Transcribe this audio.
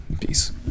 peace